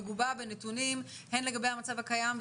מגובה בנתונים הן לגבי המצב הקיים,